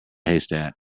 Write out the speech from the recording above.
haystack